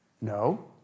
No